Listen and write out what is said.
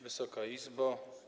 Wysoka Izbo!